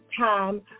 time